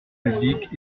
publique